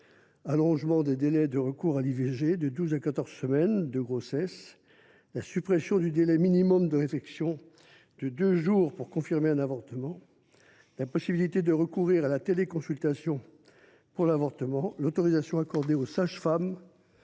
: allongement du délai de recours à l’IVG de douze à quatorze semaines de grossesse, suppression du délai minimal de réflexion de deux jours pour confirmer sa volonté d’avorter, possibilité de recourir à la téléconsultation pour l’avortement, autorisation accordée aux sages femmes